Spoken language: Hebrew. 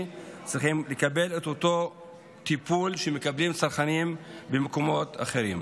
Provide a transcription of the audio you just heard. צריכים לקבל את אותו טיפול שמקבלים צרכנים במקומות אחרים.